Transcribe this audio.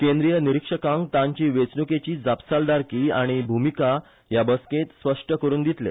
केंद्रीय निरीक्षकांक तांची वेचणुकेची जापसालदारकी आनी भुमिका ह्या बसकेंत स्पश्ट करुन दितले